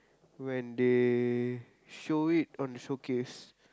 when they show it on showcase